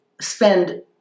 spend